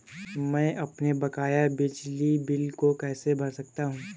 मैं अपने बकाया बिजली बिल को कैसे भर सकता हूँ?